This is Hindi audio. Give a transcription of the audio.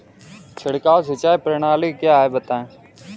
छिड़काव सिंचाई प्रणाली क्या है बताएँ?